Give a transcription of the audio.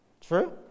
True